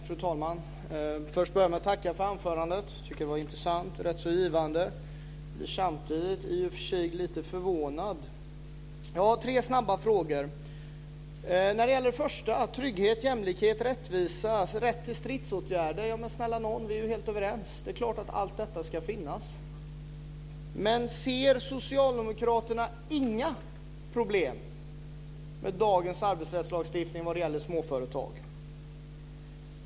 Fru talman! Jag vill först börja med att tacka för anförandet. Jag tycker att det var intressant och rätt så givande. Jag blev samtidigt i och för sig lite förvånad. Jag har tre snabba frågor. Först talades det om trygghet, jämlikhet, rättvisa och rätt till stridsåtgärder. Men snälla nån! Vi är ju helt överens. Det är klart att allt detta ska finnas. Men ser socialdemokraterna inga problem med dagens arbetsrättslagstiftning vad gäller småföretag?